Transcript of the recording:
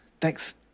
Thanks